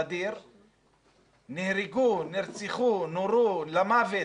ע'דיר, נהרגו, נרצחו, נורו למוות